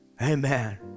Amen